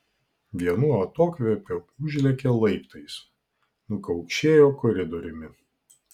vienu atokvėpiu užlėkė laiptais nukaukšėjo koridoriumi